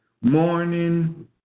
morning